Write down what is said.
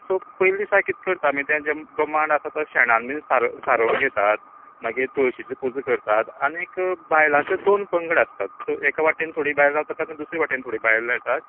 so पयलीं सान कितें करता आमी जें जो मांड आसा तो शेणान बीन सा सारोव सारोवन घेतात मागीर तुळशीची पुजा करतात आनीक बायलांचे दोन पंगड आसतात एका वाटेन थोडी बायलां ताका दुसरे वाटेन थोडी बायलां येतात